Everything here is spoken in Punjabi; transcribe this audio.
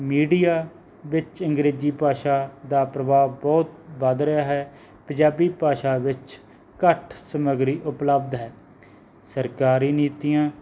ਮੀਡੀਆ ਵਿੱਚ ਅੰਗਰੇਜ਼ੀ ਭਾਸ਼ਾ ਦਾ ਪ੍ਰਭਾਵ ਬਹੁਤ ਵੱਧ ਰਿਹਾ ਹੈ ਪੰਜਾਬੀ ਭਾਸ਼ਾ ਵਿੱਚ ਘੱਟ ਸਮੱਗਰੀ ਉਪਲੱਬਧ ਹੈ ਸਰਕਾਰੀ ਨੀਤੀਆਂ